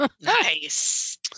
Nice